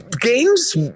games